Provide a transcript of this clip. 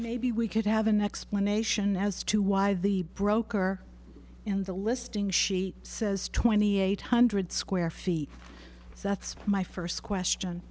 maybe we could have an explanation as to why the broker in the listing she says twenty eight hundred square feet that's my first